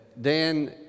Dan